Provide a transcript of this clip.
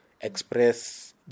express